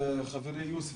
חברי יוסף,